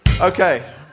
okay